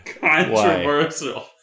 controversial